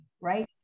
right